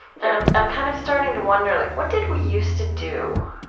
but i'm i'm kind of starting to wonder, like what did we used to do?